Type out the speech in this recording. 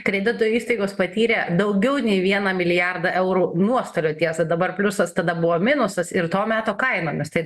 kredito įstaigos patyrė daugiau nei vieną milijardą eurų nuostolio tiesa dabar pliusas tada buvo minusas ir to meto kainomis tai